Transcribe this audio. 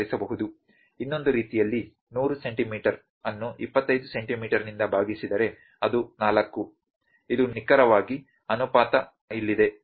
ಇನ್ನೊಂದು ರೀತಿಯಲ್ಲಿ 100 ಸೆಂಟಿಮೀಟರ್ ಅನ್ನು25 ಸೆಂಟಿಮೀಟರ್ನಿಂದ ಭಾಗಿಸಿದರೆ ಅದು 4 ಇದು ನಿಖರವಾಗಿ ಅನುಪಾತ ಇಲ್ಲಿದೆ ಸರಿ